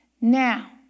Now